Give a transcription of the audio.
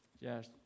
Yes